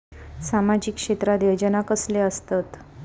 सामाजिक क्षेत्रात योजना कसले असतत?